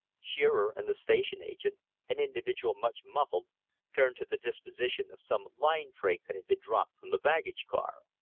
shearer and the station agent an individual much muffled turned to the disposition of some light freight that had been dropped from the baggage car.